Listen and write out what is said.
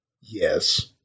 Yes